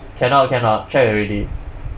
cannot cannot check already